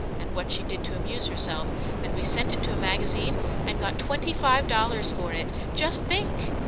and what she did to amuse herself and we sent it to a magazine and got twenty-five dollars for it. just think!